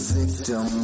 victim